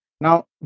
Now